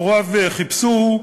הוריו חיפשוהו,